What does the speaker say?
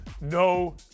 no